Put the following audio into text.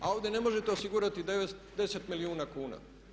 A ovdje ne možete osigurati 10 milijuna kuna.